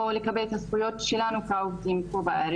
נשים שנסחרו או נישאו בכפיה הוא לא יכול להיות פקטור